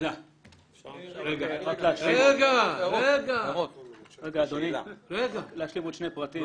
אני רוצה להשלים עוד שני פרטים.